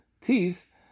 teeth